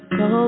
go